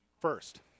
first